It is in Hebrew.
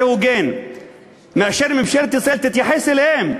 מה יותר הוגן מזה ביחס שבו ממשלת ישראל מתייחסת אליהם?